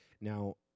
Now